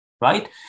right